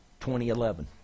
2011